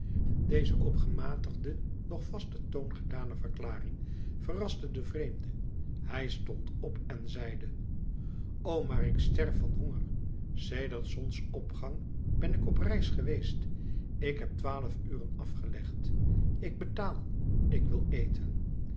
deze op gematigden doch vasten toon gedane verklaring verraste den vreemde hij stond op en zeide o maar ik sterf van honger sedert zonsopgang ben ik op reis geweest ik heb twaalf uren afgelegd ik betaal ik wil eten